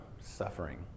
Suffering